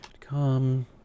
come